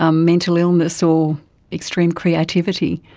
ah mental illness or extreme creativity.